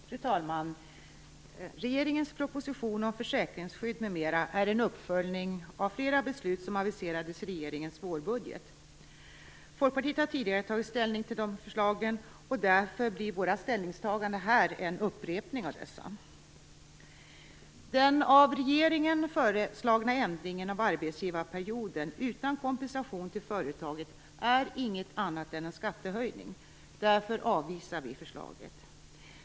Fru talman! Regeringens proposition om försäkringsskydd m.m. är en uppföljning av flera beslut som aviserades i regeringens vårbudget. Folkpartiet har tidigare tagit ställning till dessa förslag, och därför blir våra ställningstaganden nu en upprepning. Den av regeringen föreslagna ändringen av arbetsgivarperioden utan kompensation till företagen är inget annat än en skattehöjning. Därför avvisar vi förslaget.